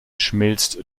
schmilzt